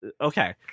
Okay